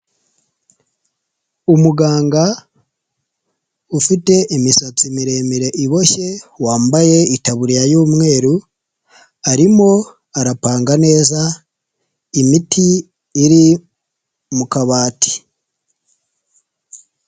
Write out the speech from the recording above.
Umuganga ufite imisatsi miremire iboshye, wambaye itaburiya y'umweru arimo arapanga neza imiti iri mu kabati.